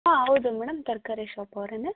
ಹಾಂ ಹೌದು ಮೇಡಮ್ ತರಕಾರಿ ಶಾಪವ್ರೇ